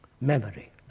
memory